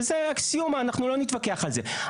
וזו אקסיומה, אנחנו לא נתווכח על זה.